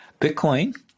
Bitcoin